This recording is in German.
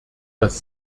dass